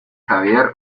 javier